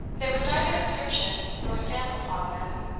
there was neither inscription nor stamp upon them,